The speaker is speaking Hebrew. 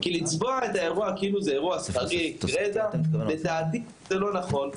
כי לצבוע את האירוע כאילו שזה אירוע שכרי גרידא לדעתי זה לא נכון.